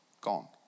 Gone